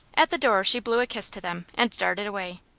at the door she blew a kiss to them, and darted away.